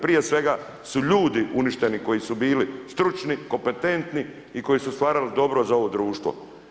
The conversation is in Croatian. Prije svega su ljudi uništeni koji su bili stručni, kompetentni i koji su stvarali dobro za ovo društvo.